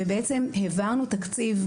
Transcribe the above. והעברנו תקציב,